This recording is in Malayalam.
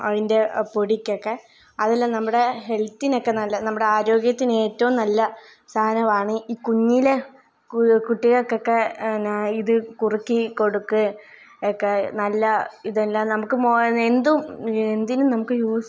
ആ അതിൻ്റെ പൊടിക്കൊക്കെ അതെല്ലാം നമ്മുടെ ഹെൽത്തിനൊക്കെ നല്ല നമ്മുടെ ആരോഗ്യത്തിന് ഏറ്റവും നല്ല സാധനമാണ് ഈ കുഞ്ഞിൽ കുട്ടികൾകൊക്കെ പിന്നേ ഇത് കുറുക്കി കൊടുക്കുക ഒക്കെ നല്ല ഇതെല്ലാം നമുക്ക് എന്തും എന്തിനു നമുക്ക് യൂസ്